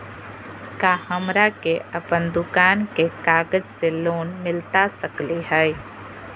का हमरा के अपन दुकान के कागज से लोन मिलता सकली हई?